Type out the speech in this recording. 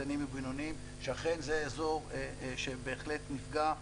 קטנים ובינוניים שאכן זה אזור שבהחלט נפגע.